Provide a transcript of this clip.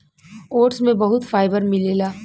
oats में बहुत fibre मिलेला